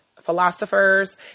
philosophers